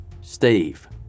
Steve